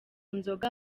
nzoga